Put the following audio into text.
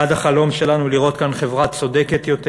כי אם בעדה ובעד החלום שלנו לראות כאן חברה צודקת יותר